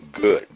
Good